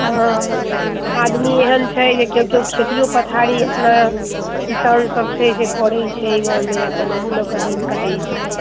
हँ आदमी एहन छै जे केओ केओ खेतियो पथारी अपना किसान सब छै से करैत छै गाँवमे अपन ओहो लऽ के दिन कटैत छै